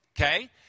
okay